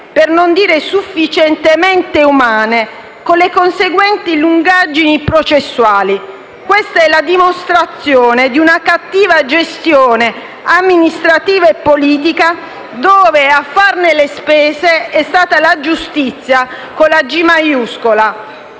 (per non dire sufficientemente umane), con le conseguenti lungaggini processuali. Questa è la dimostrazione di una cattiva gestione amministrativa e politica, dove, a farne le spese, è stata la Giustizia. Credo